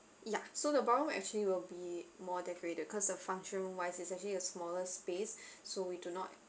ya so the ballroom actually will be more decorated cause the function room wise is actually a smaller space so we do not